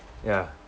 ya